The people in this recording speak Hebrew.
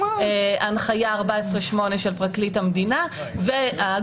שמעניין כרגע את